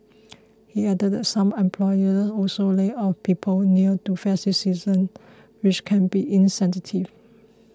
he added that some employers also lay off people near to festive seasons which can be insensitive